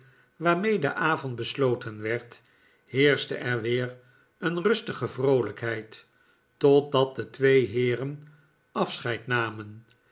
waarmee de avond besloten werd heerschte er weer een rustige vroolijkheid totdat de twee heeren afscheid namen